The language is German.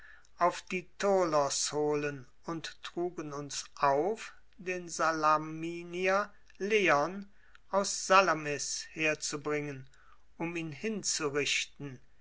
auf die tholos holen und trugen uns auf den salaminier leon aus salamis herzubringen um ihn